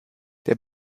der